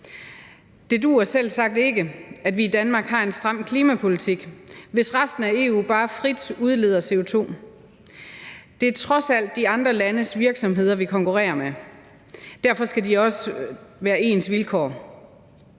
Det duer selvsagt ikke, at vi i Danmark har en stram klimapolitik, hvis resten af EU bare frit udleder CO2. Det er trods alt de andre landes virksomheder, vi konkurrerer med. Derfor skal der også være ens vilkår.